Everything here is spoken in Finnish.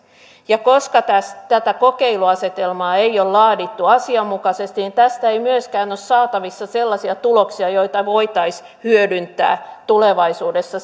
ja koska tätä kokeiluasetelmaa ei ole laadittu asianmukaisesti tästä ei myöskään ole saatavissa sellaisia tuloksia joita voitaisiin hyödyntää tulevaisuudessa